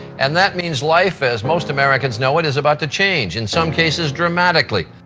and that means life as most americans know it is about to change, in some cases dramatically.